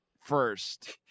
first